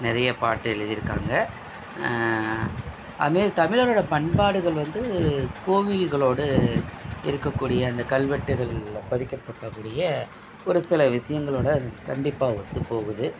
நிறைய பாட்டு எழுதியிருக்காங்க அது மாரி தமிழர்களோடய பண்பாடுகள் வந்து கோவில்களோடு இருக்கக்கூடிய அந்த கல்வெட்டுகளில் பதிக்கப்பட்ட படியே ஒரு சில விஷயங்களோட அது கண்டிப்பாக ஒத்துப் போகுது